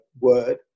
word